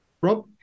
Rob